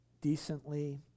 decently